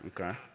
okay